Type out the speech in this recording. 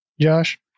Josh